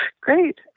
Great